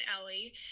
Ellie